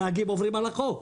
הנהגים עוברים על החוק.